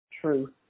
truth